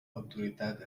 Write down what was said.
autoritat